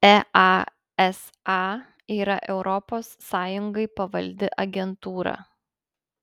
easa yra europos sąjungai pavaldi agentūra